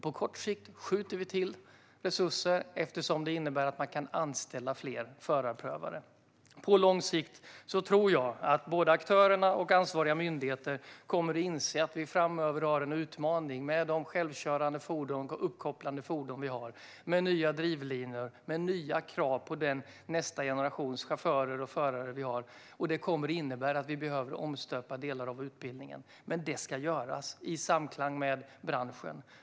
På kort sikt skjuter vi till resurser, eftersom det innebär att man kan anställa fler förarprövare. På lång sikt tror jag att både aktörerna och ansvariga myndigheter kommer att inse att vi framöver har en utmaning i de självkörande och uppkopplade fordon vi har, i de nya drivlinorna och i de nya krav vi har på nästa generations chaufförer och förare. Det kommer att innebära att vi behöver omstöpa delar av utbildningen, men det ska göras i samklang med branschen.